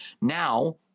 now